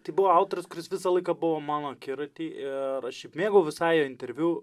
tai buvo autorius kuris visą laiką buvo mano akiraty ir aš šiaip mėgau visai jo interviu